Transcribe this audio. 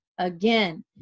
Again